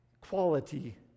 quality